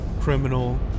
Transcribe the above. criminal